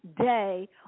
day